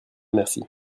merci